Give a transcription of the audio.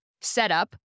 setup